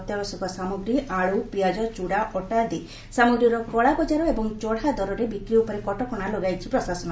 ଅତ୍ୟାବଶ୍ୟକ ସାମଗ୍ରୀ ଆଲୁ ପିଆଜ ଚୁଡ଼ା ଅଟା ଆଦି ସାମଗ୍ରୀର କଳାବଜାର ଏବଂ ଚତା ଦରରେ ବିକ୍ରି ଉପରେ କଟକଶା ଲଗାଇଛି ପ୍ରଶାସନ